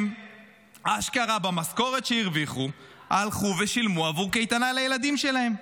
הם אשכרה במשכורת שהרוויחו הלכו ושילמו עבור קייטנה לילדים שלהם.